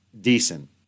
decent